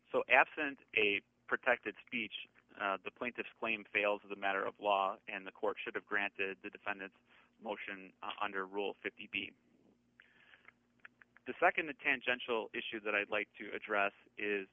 so absent a protected speech the plaintiff's claim fails as a matter of law and the court should have granted the defendant's motion under rule fifty be the nd the tangential issue that i'd like to address is